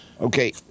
Okay